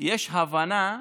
יש הבנה,